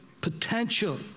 potential